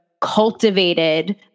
cultivated